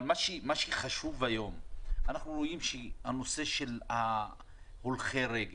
מה שחשוב היום הוא שאנחנו רואים שהולכי הרגל,